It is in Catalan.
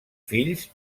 fills